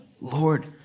Lord